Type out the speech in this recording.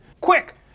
Quick